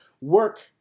work